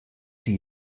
sia